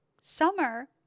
summer